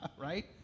right